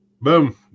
Boom